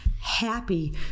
happy